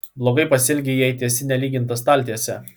blogai pasielgi jei tiesi nelygintą staltiesę